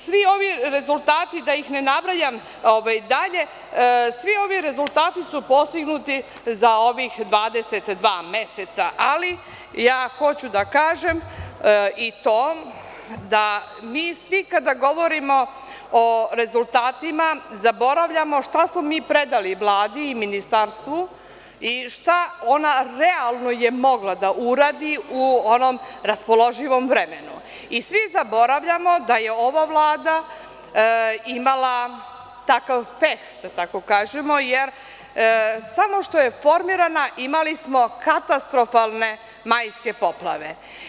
Svi ovi rezultati, da ih ne nabrajam dalje, postignuti za ovih 22 meseca, ali hoću da kažem i to da mi svi kada govorimo o rezultatima zaboravljamo šta smo mi predali Vladi i ministarstvu i šta je ona mogla realno da uradi u onom raspoloživom vremenu i svi zaboravljamo da je ova Vlada imala takav peh, da tako kažemo, jer samo što je formirana imali smo katastrofalne majske poplave.